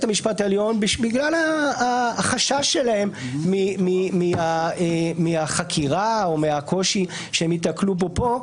המשפט העליון בגלל החשש שלהם מהחקירה או מהקושי שהם ייתקלו בו כאן.